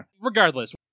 Regardless